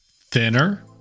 thinner